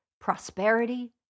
prosperity